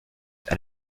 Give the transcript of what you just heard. and